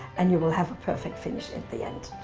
and you will have a perfect finish at the end.